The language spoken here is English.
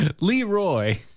Leroy